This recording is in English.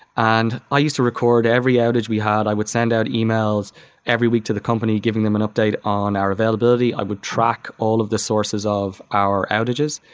and i used to record every outage we had. i would send out yeah e-mails every week to the company giving them an update on our availability i would track all of the sources of power outages,